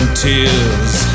tears